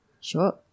Sure